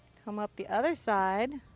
come up the other side.